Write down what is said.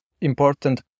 important